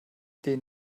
den